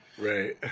right